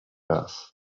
raz